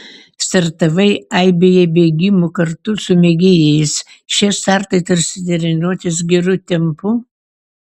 startavai aibėje bėgimų kartu su mėgėjais šie startai tarsi treniruotės geru tempu